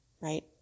right